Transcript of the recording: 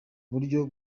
buryo